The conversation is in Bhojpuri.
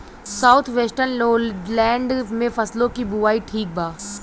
साउथ वेस्टर्न लोलैंड में फसलों की बुवाई ठीक बा?